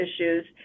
issues